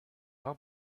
par